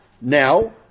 now